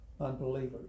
unbelievers